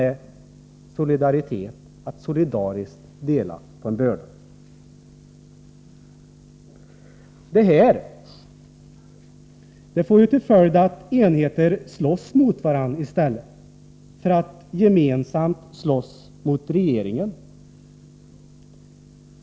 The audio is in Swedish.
Detta får till följd att enheter slåss mot varandra i stället för att gemensamt slåss mot regeringen.